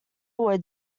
were